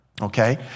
okay